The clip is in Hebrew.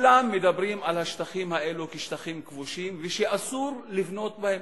כולם מדברים על השטחים האלה כשטחים כבושים שאסור לבנות בהם,